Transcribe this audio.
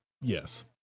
Yes